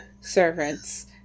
servants